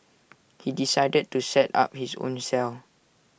he decided to set up his own cell